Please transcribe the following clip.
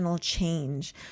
change